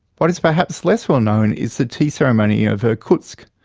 what is perhaps less well known is the tea ceremony of irkutsk,